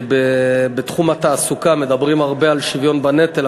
בתחום התעסוקה מדברים הרבה על שוויון בנטל,